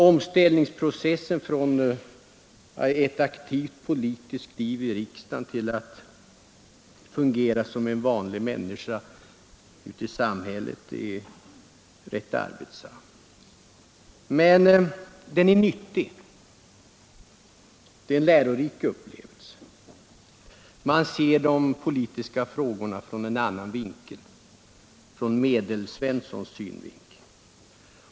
Omställningsprocessen från ett aktivt politiskt liv i riksdagen till att fungera som en vanlig människa ute i samhället är rätt arbetsam. Men den är nyttig! Det är en lärorik upplevelse. Man ser de politiska frågorna från en annan vinkel, ur Medelsvenssons synvinkel.